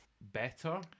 better